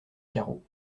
carreaux